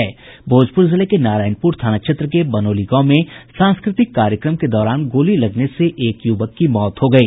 भोजपुर जिले के नारायणपुर थाना क्षेत्र के बनौली गांव में सांस्कृतिक कार्यक्रम के दौरान गोली लगने से एक युवक की मौत हो गयी